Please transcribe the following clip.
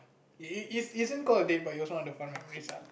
it it isn't called a date but it was one of the fun memories ah